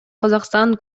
казакстан